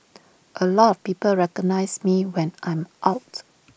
A lot of people recognise me when I am out